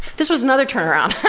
this was another turnaround.